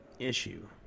issue